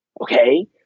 Okay